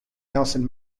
nelson